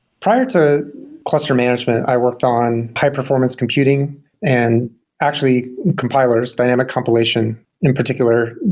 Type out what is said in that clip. prior to cluster management, i worked on high-performance computing and actually compilers, dynamic compilation in particular.